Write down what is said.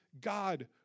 God